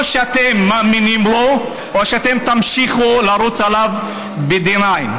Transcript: או שאתם מאמינים בו או שאתם תמשיכו לרוץ עליו ב-D9.